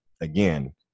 again